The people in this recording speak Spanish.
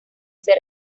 ser